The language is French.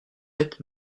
êtes